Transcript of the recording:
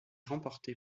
remportée